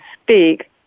speak